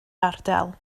ardal